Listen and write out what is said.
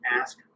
ask